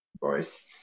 boys